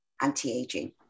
anti-aging